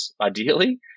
ideally